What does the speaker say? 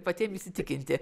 patiem įsitikinti